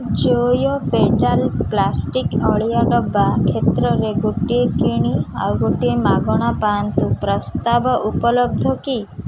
Joyo pedal plastic ଅଳିଆ ଡ଼ବା କ୍ଷେତ୍ରରେ ଗୋଟିଏ କିଣି ଆଉ ଗୋଟିଏ ମାଗଣା ପାଆନ୍ତୁ ପ୍ରସ୍ତାବ ଉପଲବ୍ଧ କି